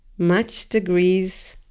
much degrees.